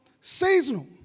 seasonal